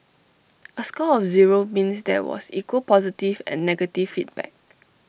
A score of zero means there was equal positive and negative feedback